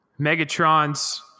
Megatron's